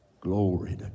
Glory